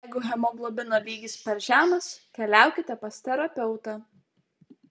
jeigu hemoglobino lygis per žemas keliaukite pas terapeutą